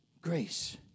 grace